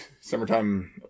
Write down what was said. summertime